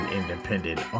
independent